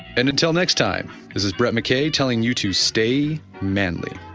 and, until next time this is brett mckay telling you to stay manly